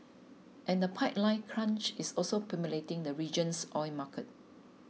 and the pipeline crunch is also pummelling the region's oil market